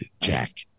jack